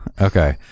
Okay